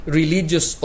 religious